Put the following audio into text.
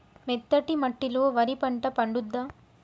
మెత్తటి మట్టిలో వరి పంట పండుద్దా?